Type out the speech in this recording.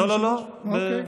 לא, לא, לא.